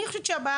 אני חושבת שהבעיה